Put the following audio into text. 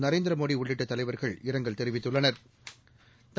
நரேந்திரமோடி உள்ளிட்ட தலைவா்கள் இரங்கல் தெரிவித்துள்ளனா்